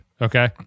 Okay